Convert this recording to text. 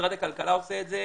משרד הכלכלה עושה את זה,